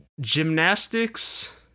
Gymnastics